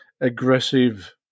aggressive